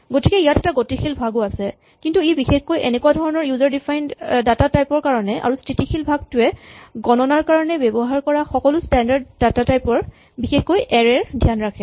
গতিকে ইয়াত এটা গতিশীল ভাগো আছে কিন্তু ই বিশেষকৈ এনেকুৱা ধৰণৰ ইউজাৰ ডিফাইন্ড ডাটা টাইপ ৰ কাৰণে আৰু স্হিতিশীল ভাগটোৱে গণনাৰ কাৰণে ব্যৱহাৰ কৰা সকলো স্টেন্ডাৰ্ড ডাটা টাইপ ৰ বিশেষকৈ এৰে ৰ ধ্যান ৰাখে